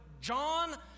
John